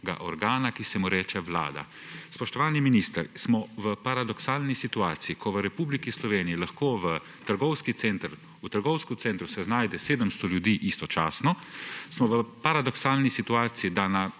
Vlada. Spoštovani minister, smo v paradoksalni situaciji, ko se v Republiki Sloveniji lahko v trgovskem centru znajde 700 ljudi, istočasno smo v paradoksalni situaciji, da na